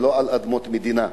ולא על אדמות מדינה,